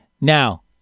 now